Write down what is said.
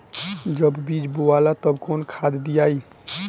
जब बीज बोवाला तब कौन खाद दियाई?